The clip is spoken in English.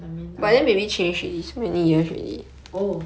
东东